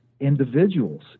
individuals